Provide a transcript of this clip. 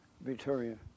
Victoria